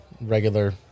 regular